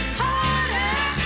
harder